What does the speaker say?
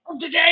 Today